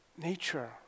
nature